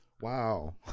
wow